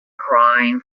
crying